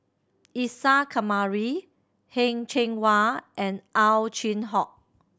Isa Kamari Heng Cheng Wa and Ow Chin Hock